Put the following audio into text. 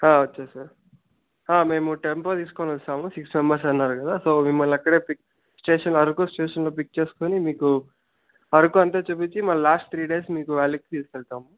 వచ్చేశారు మేము టెంపో తీసుకుని వస్తాము సిక్స్ మెంబెర్స్ అన్నారు కదా సో మిమ్మల్ని అక్కడే పిక్ చేసి అరకు స్టేషన్లో పిక్ చేసుకుని మీకు అరకు అంతా చూపించి మళ్ళీ లాస్ట్ త్రీ డేస్ మీకు వ్యాలీకి తీసుకెళ్తాం